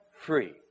free